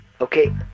Okay